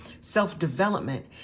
self-development